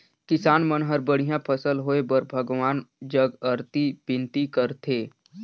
किसान मन हर बड़िया फसल होए बर भगवान जग अरती बिनती करथे